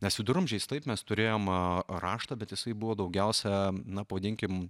nes viduramžiais taip mes turėjom raštą bet jisai buvo daugiausiai na pavadinkim